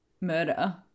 murder